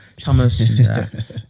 Thomas